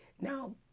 now